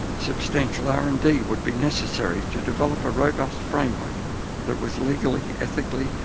substantial r and d would be necessary to develop a robust framework that was legally, ethically,